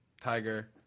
tiger